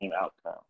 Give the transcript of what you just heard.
outcome